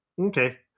Okay